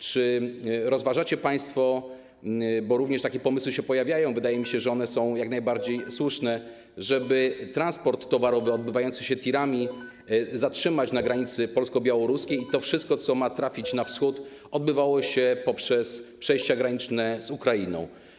Czy rozważacie państwo - bo również takie pomysły się pojawiają, wydaje mi się, że one są jak najbardziej słuszne - żeby transport towarowy odbywający się tirami zatrzymać na granicy polsko-białoruskiej, a to wszystko, co ma trafić na Wschód, przewozić przez przejścia graniczne z Ukrainą?